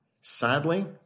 Sadly